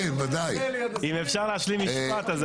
אם אפשר להשלים משפט.